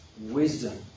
wisdom